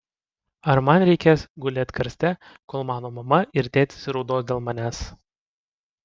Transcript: ar man reikės gulėt karste kol mano mama ir tėtis raudos dėl manęs